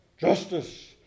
justice